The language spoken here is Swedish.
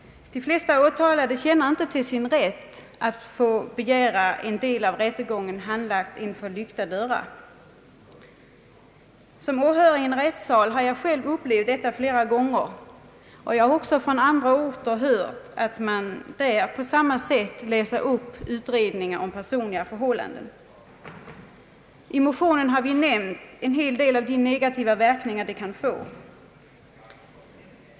De flesta åtalade känner inte till sin rätt att begära att få en del av rättegången handlagd inom lyckta dörrar. Som åhörare i en rättssal har jag själv upplevt detta flera gånger. Jag har också från andra orter hört att man där på samma sätt läser upp utredningar om personliga förhållanden. I motionen har vi nämnt en hel del av de negativa verkningar detta kan få.